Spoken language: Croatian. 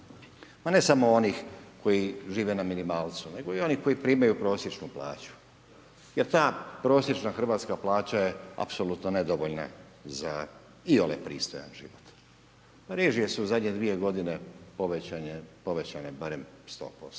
Ma ne samo onih koji žive na minimalcu, nego i onih koji primaju prosječnu plaću, jer ta prosječna hrvatska plaća je apsolutno nedovoljna za iole pristojan život. Režije su u zadnje dvije godine povećane barem 100%,